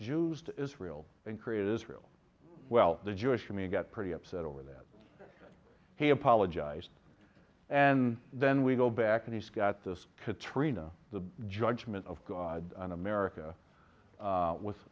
jews to israel and create israel well the jewish me got pretty upset over that he apologized and then we go back and he's got this katrina the judgment of god and america with